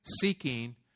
seeking